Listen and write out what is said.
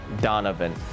Donovan